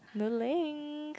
no link